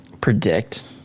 predict